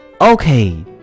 Okay